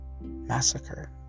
Massacre